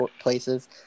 places